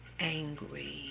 angry